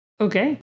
Okay